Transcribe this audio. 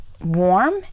warm